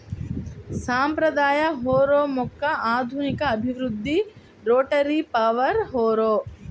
సాంప్రదాయ హారో యొక్క ఆధునిక అభివృద్ధి రోటరీ పవర్ హారో